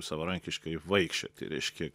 savarankiškai vaikščioti reiškia